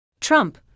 Trump